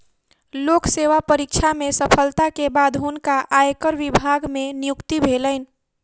लोक सेवा परीक्षा में सफलता के बाद हुनका आयकर विभाग मे नियुक्ति भेलैन